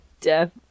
Death